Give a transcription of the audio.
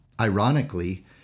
Ironically